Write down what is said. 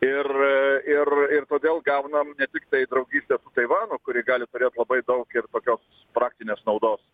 ir ir ir todėl gaunam ne tiktai draugystę taivanu kuri gali turėt labai daug ir tokios praktinės naudos